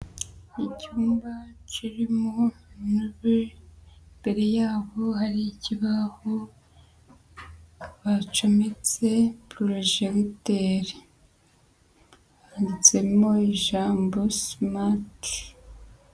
Icyumba kirimo intebe imbere yaho hari ikibaho bacometse porojegiteri. Handitsemo ijambo Smart.